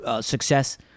success